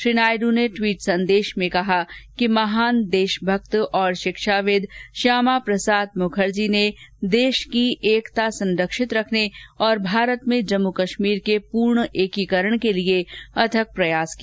श्री नायड ने टवीट संदेश में कहा कि महान देशभक्त और शिक्षाविद श्यामा प्रसाद मुखर्जी ने देश की एकता संरक्षित रखने और भारत में जम्म कश्मीर के पूर्ण एकीकरण के लिए अथक प्रयास किया